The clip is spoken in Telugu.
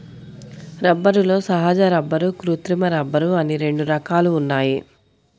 రబ్బరులో సహజ రబ్బరు, కృత్రిమ రబ్బరు అని రెండు రకాలు ఉన్నాయి